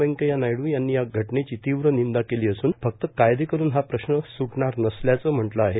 वैंकय्या नायडू यांनी या घटवेची तीव्र निंदा केली असून फक्त कायदे करून हा प्रश्न सुटणार नसल्याचं म्हटलं आहे